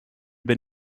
bin